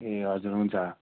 ए हजुर हुन्छ